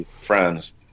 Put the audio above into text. friends